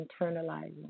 internalizing